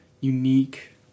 unique